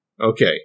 Okay